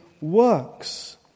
works